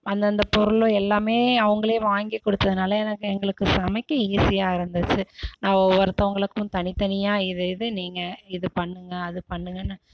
அந்தந்த பொருள எல்லாமே அவங்களே வாங்கி கொடுத்ததுனால எனக்கு எங்களுக்கு சமைக்க ஈஸியாக இருந்துச்சு ஒவ்வொருத்தவங்களுக்கும் தனி தனியாக இது இது நீங்கள் இது பண்ணுங்க அது பண்ணுங்கனு